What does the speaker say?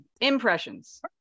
Impressions